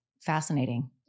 fascinating